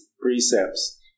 precepts